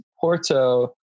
Porto